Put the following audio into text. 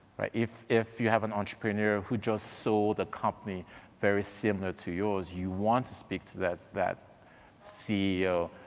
if if you have an entrepreneur who just sold a company very similar to yours, you want to speak to that that ceo.